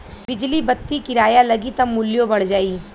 बिजली बत्ति किराया लगी त मुल्यो बढ़ जाई